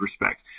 respect